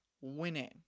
winning